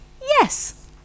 Yes